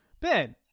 Ben